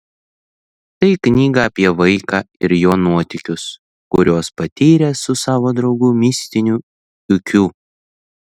tai knyga apie vaiką ir jo nuotykius kuriuos patiria su savo draugu mistiniu kiukiu